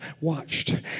watched